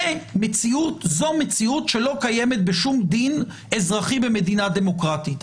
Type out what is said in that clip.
זו מציאות שלא קיימת בשום דין אזרחי במדינה דמוקרטית.